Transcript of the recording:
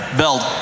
belt